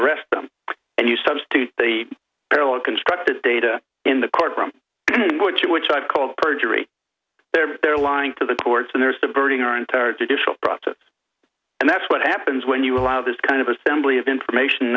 arrest them and you substitute the parallel constructed data in the court from going to which i've called perjury there they're lying to the courts and there's diverting our entire judicial process and that's what happens when you allow this kind of assembly of information